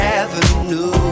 avenue